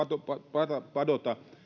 padota padota